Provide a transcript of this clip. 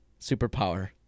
superpower